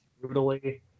brutally